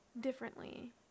differently